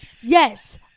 yes